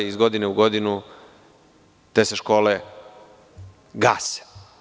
Iz godine u godinu se te škole gase.